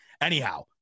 Anyhow